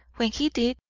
when he did,